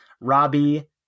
Robbie